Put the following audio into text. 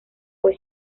fue